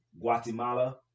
guatemala